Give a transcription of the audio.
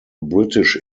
british